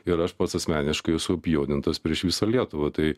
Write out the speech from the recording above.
ir aš pats asmeniškai esu apjuodintas prieš visą lietuvą tai